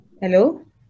hello